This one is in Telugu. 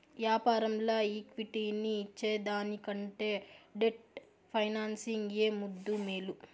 యాపారంల ఈక్విటీని ఇచ్చేదానికంటే డెట్ ఫైనాన్సింగ్ ఏ ముద్దూ, మేలు